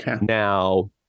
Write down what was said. Now